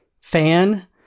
fan